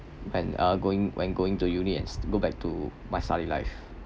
when uh going when going to uni and go back to my study life